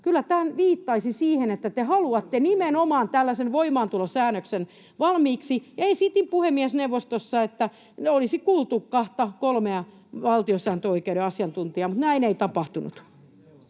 Kyllä tämä viittaisi siihen, että te haluatte nimenomaan tällaisen voimaantulosäännöksen valmiiksi. Ja esitin puhemiesneuvostossa, että olisi kuultu kahta kolmea valtiosääntöoikeuden asiantuntijaa, mutta näin ei tapahtunut.